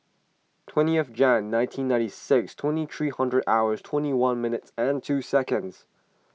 twentieth Jan nineteen ninety six twenty three hundred hours twenty one minutes and two seconds